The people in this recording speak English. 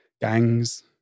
gangs